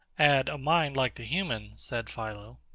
add, a mind like the human, said philo.